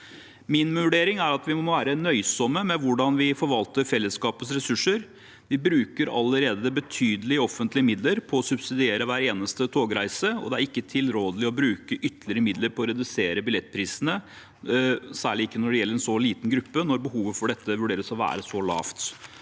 Min vurdering er at vi må være nøysomme med hvordan vi forvalter fellesskapets ressurser. Vi bruker allerede betydelige offentlige midler på å subsidiere hver eneste togreise, og det er ikke tilrådelig å bruke ytterligere midler på å redusere billettprisene, særlig ikke når det gjelder en så liten gruppe, når behovet for dette vurderes til å være så lavt.